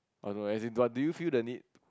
oh no as in do you feel the need